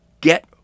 Get